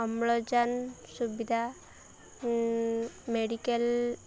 ଅମ୍ଳଜାନ ସୁବିଧା ମେଡ଼ିକାଲ